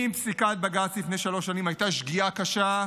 אם פסיקת בג"ץ לפני שלוש שנים הייתה שגיאה קשה,